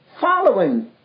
following